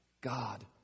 God